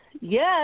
yes